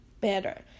better